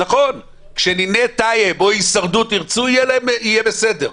כשנינט טייב או הישרדות ירצו אז יהיה בסדר,